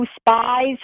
spies